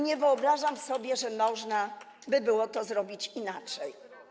Nie wyobrażam sobie, żeby można to było zrobić inaczej.